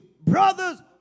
brothers